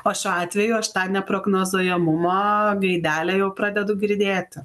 o šiuo atveju aš tą neprognozuojamumo gaidelę jau pradedu girdėti